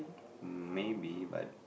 mm maybe but